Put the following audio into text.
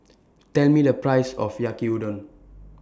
Tell Me The Price of Yaki Udon